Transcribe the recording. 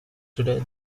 today